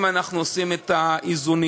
אם אנחנו עושים את האיזונים.